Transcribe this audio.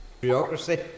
Bureaucracy